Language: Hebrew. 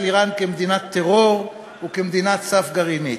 איראן כמדינת טרור ומדינת סף גרעינית.